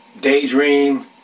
daydream